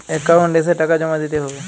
Account এসে টাকা জমা দিতে হবে?